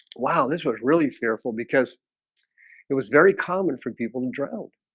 wow, this was really fearful because it was very common for people to drilled